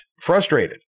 frustrated